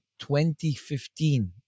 2015